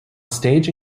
stage